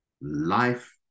life